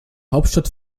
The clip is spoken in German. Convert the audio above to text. hauptstadt